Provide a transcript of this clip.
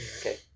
Okay